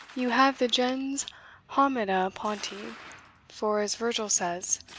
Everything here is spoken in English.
you have the gens humida ponti for, as virgil says,